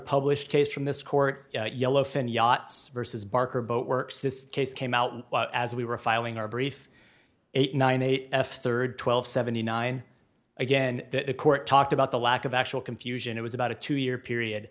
published case from this court yellowfin yachts versus barker but works this case came out as we were filing our brief eight nine eight f third twelve seventy nine again that the court talked about the lack of actual confusion it was about a two year period